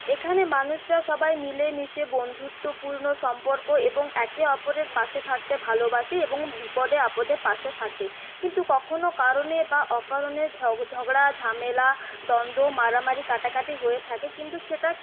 এখানে মানুষরা সবাই মিলেমিশে বন্ধুত্বপূর্ণ সম্পর্ক এবং একে অপরের পাশে থাকতে ভালোবাসে এবং বিপদে আপদে পাশে থাকে কিন্তু কখনো কারনে বা অকারণে ঝগ ঝগড়া ঝামেলা দ্বন্দ্ব মারামারি কাটাকাটি হয়ে থাকে কিন্তু সেটা